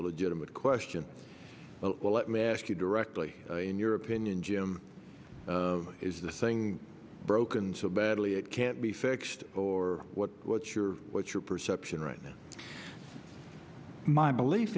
a legitimate question but let me ask you directly in your opinion jim is the thing broken so badly it can't be fixed or what what's your what's your perception right now my belief